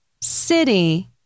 city